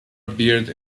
appeared